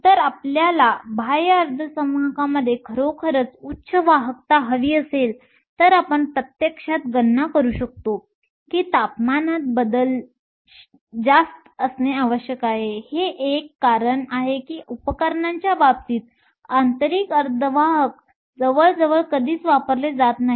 जर आपल्याला बाह्य अर्धसंवाहकांमध्ये खरोखर उच्च वाहकता हवी असेल तर आपण प्रत्यक्षात गणना करू शकतो की तापमानात बदल जास्त असणे आवश्यक आहे हे एक कारण आहे की उपकरणांच्या बाबतीत आंतरिक अर्धवाहक जवळजवळ कधीच वापरले जात नाहीत